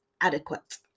adequate